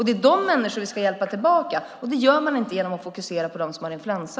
Det är de människorna vi ska hjälpa tillbaka, och det gör man inte genom att fokusera på dem som har influensa.